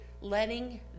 letting